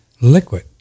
liquid